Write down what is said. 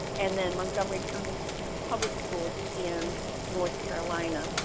and then montgomery county public schools in north carolina.